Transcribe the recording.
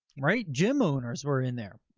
right. gym owners were in there.